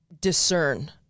discern